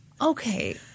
okay